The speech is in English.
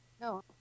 no